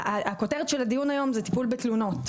הכותרת של הדיון היום היא טיפול בתלונות.